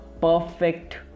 perfect